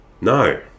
No